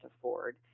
afford